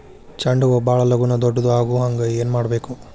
ಚಂಡ ಹೂ ಭಾಳ ಲಗೂನ ದೊಡ್ಡದು ಆಗುಹಂಗ್ ಏನ್ ಮಾಡ್ಬೇಕು?